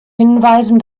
hinweisen